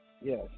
yes